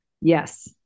Yes